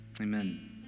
amen